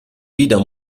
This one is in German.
wieder